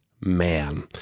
man